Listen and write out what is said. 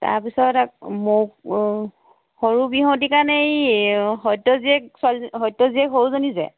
তাৰ পিছত সৰু বিহুৱতীৰ কাৰণে এই সত্যৰ জীয়েক ছোৱালীজনী সত্যৰ জীয়েক সৰুজনী যে